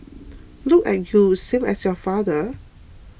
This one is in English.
look at you same as your father